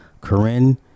corinne